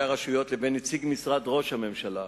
הרשויות לבין נציג משרד ראש הממשלה,